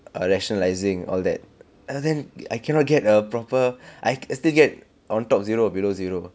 err rationalizing all that and then I cannot get a proper I I still get on top zero below zero